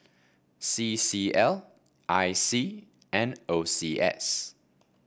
C C L I C and O C S